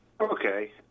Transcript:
Okay